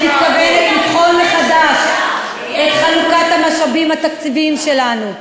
אני מתכוונת לבחון מחדש את חלוקת המשאבים התקציביים שלנו.